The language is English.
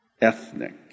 ethnic